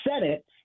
Senate—